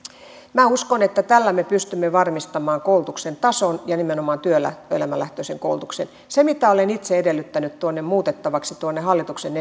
minä uskon että tällä me pystymme varmistamaan koulutuksen tason ja nimenomaan työelämälähtöisen koulutuksen se mitä olen itse edellyttänyt muutettavaksi tuonne hallituksen